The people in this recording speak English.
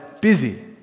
busy